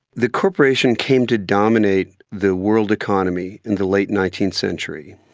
the corporation came to dominate the world economy in the late nineteenth century,